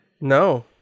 No